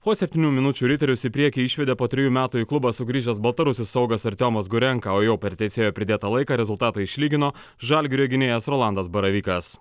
po septynių minučių riterius į priekį išvedė po trijų metų į klubą sugrįžęs baltarusis saugas artiomas gurenka o jau per teisėjo pridėtą laiką rezultatą išlygino žalgirio gynėjas rolandas baravykas